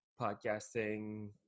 podcasting